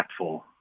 impactful